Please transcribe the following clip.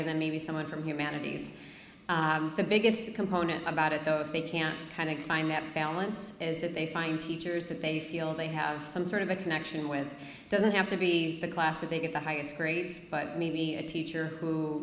and then maybe someone from humanities the biggest component about it though if they can kind of find that balance is that they find teachers that they feel they have some sort of a connection with doesn't have to be the class that they get the highest grades but maybe a teacher who